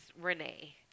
Renee